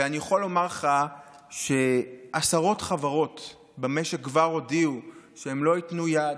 ואני יכול לומר לך שעשרות חברות במשק כבר הודיעו שהן לא ייתנו יד